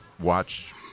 watch